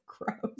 gross